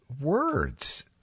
words